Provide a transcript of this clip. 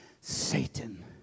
Satan